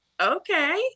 okay